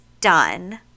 done